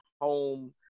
home